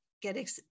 get